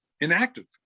inactive